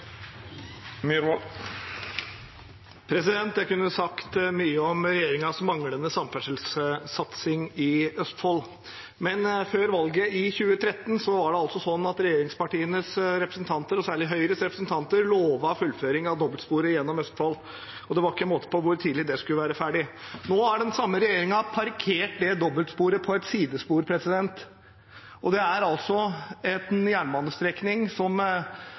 Jeg kunne sagt mye om regjeringens manglende samferdselssatsing i Østfold, men før valget i 2013 var det altså sånn at regjeringspartienes representanter, og særlig Høyres representanter, lovet fullføring av dobbeltsporet gjennom Østfold, og det var ikke måte på hvor tidlig det skulle være ferdig. Nå har den samme regjeringen parkert det dobbeltsporet på et sidespor, og det er altså en jernbanestrekning som